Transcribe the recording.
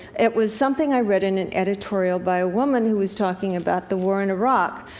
it was something i read in an editorial by a woman who was talking about the war in iraq.